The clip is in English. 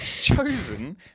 chosen